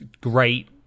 great